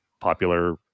popular